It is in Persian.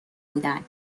بودن